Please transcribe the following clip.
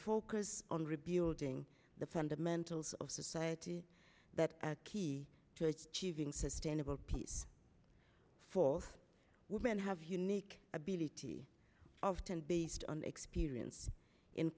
focus on rebuilding the fundamentals of society that key to achieving sustainable peace for women have unique ability of ten based on the experience in